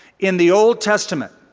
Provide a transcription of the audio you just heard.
in the old testament,